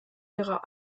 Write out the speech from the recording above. ihrer